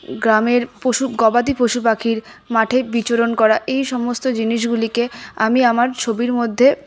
গ্রামের পশু গবাদি পশুপাখির মাঠে বিচরন করা এই সমস্ত জিনিসগুলিকে আমি আমার ছবির মধ্যে